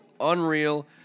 unreal